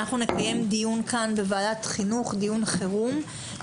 נקיים דיון חירום בוועדת חינוך לעניין